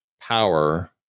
power